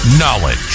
Knowledge